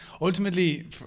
ultimately